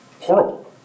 Horrible